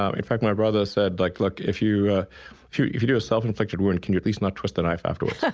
um in fact, my brother said, like, look, if you ah you if you do a self-inflicted wound, can you please not twist the knife afterwards? yeah